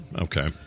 Okay